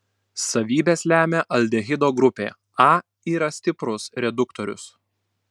savybes lemia aldehido grupė a yra stiprus reduktorius